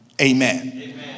Amen